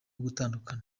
gutandukana